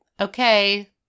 Okay